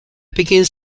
begins